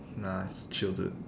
nah it's chill dude